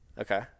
okay